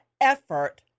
effort